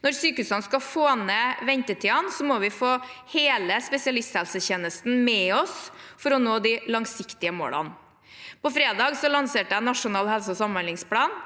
Når sykehusene skal få ned ventetidene, må vi få hele spesialisthelsetjenesten med oss for å nå de langsiktige målene. På fredag lanserte jeg Nasjonal helse- og samhandlingsplan.